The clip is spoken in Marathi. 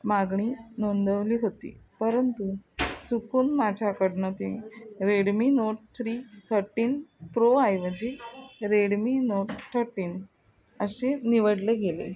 मागणी नोंदवली होती परंतु चुकून माझ्याकडनं ती Redmi note three thirteen pro आऐवजी रेडमी नोट थर्टीन अशी निवडली गेली